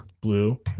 Blue